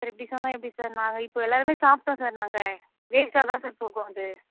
sir இப்படி சொன்னா எப்படி சார் நாங்கள் இப்போ எல்லாருமே சாப்பிட்டோம் சார் நாங்கள் வேஸ்ட்டாகதான் சார் போகும் அது